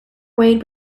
weighed